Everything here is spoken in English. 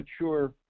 mature